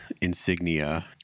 insignia